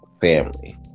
family